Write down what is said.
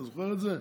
אתה זוכר את זה?